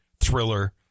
Thriller